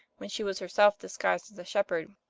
when she was her self disguised as a shepherd,